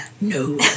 no